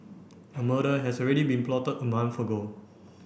a murder has already been plotted a month ago